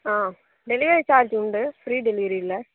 ஆ delivery charge உண்டு free delivery இல்லை